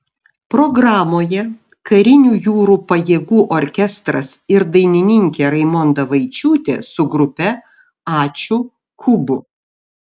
programoje karinių jūrų pajėgų orkestras ir dainininkė raimonda vaičiūtė su grupe ačiū kubu